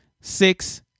Six